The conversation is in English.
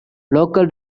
local